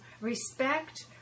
respect